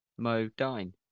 Modine